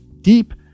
deep